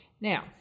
Now